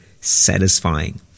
satisfying